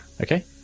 Okay